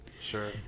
Sure